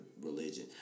religion